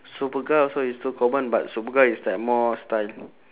superga also is too common but superga is like more style